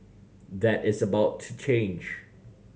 that is about to change